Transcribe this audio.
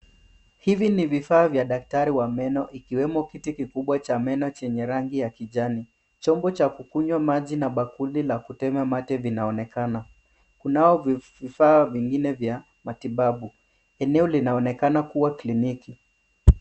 Hivi ni vifaa vya daktari wa meno ikiwemo kiti kikubwa cha meno chenye rangi ya kijani. Chombo cha kukunywa maji na bakuli la kutema mate vinaonekana. Kunao vifaa vingine vya matibabu. Eneo linaonekana kuwa kliniki.